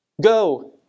Go